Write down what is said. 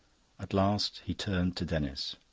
at last he turned to denis.